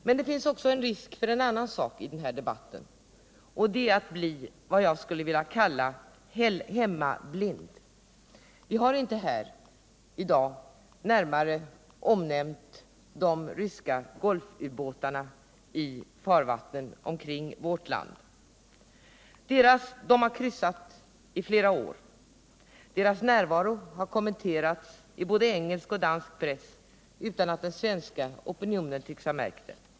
Men det finns också risk för en annan sak i den här debatten, och det är att bli vad jag skulle vilja kalla hemmablind. Vi har inte här i dag närmare omnämnt d2 ryska ubåtarna i farvattnen kring vårt land. De har kryssat här i flera år. Deras närvaro har kommenterats i både engelsk och dansk press utan att den svenska opinionen tycks ha märkt det.